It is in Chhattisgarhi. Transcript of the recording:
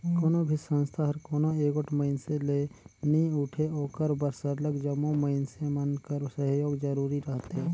कोनो भी संस्था हर कोनो एगोट मइनसे ले नी उठे ओकर बर सरलग जम्मो मइनसे मन कर सहयोग जरूरी रहथे